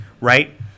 right